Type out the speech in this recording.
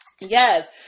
Yes